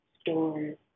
stores